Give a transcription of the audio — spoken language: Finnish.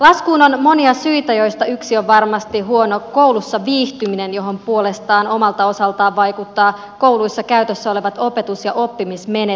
laskuun on monia syitä joista yksi on varmasti huono koulussa viihtyminen johon puolestaan omalta osaltaan vaikuttavat kouluissa käytössä olevat opetus ja oppimismenetelmät